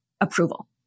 approval